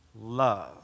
Love